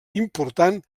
important